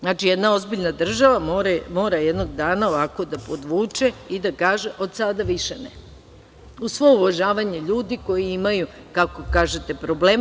Znači, jedna ozbiljna država mora jednog dana da ovako podvuče i da kaže - od sada više ne, uz svo uvažavanje ljudi koji imaju, kako kažete probleme.